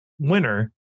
winner